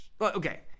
Okay